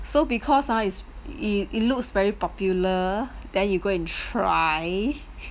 so because ah it's it it looks very popular then you go and try